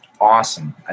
Awesome